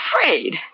afraid